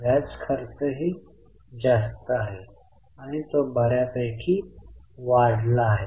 व्याज खर्चही जास्त आहे आणि तो बर्यापैकी वाढला आहे